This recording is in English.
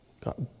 got